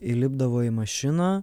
įlipdavo į mašiną